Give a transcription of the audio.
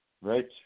Right